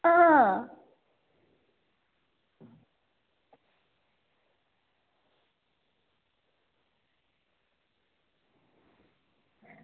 हां